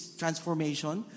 transformation